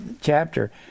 chapter